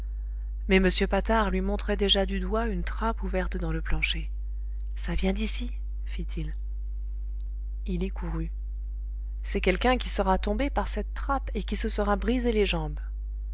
mais m patard lui montrait déjà du doigt une trappe ouverte dans le plancher ça vient d'ici fit-il il y courut c'est quelqu'un qui sera tombé par cette trappe et qui se sera brisé les jambes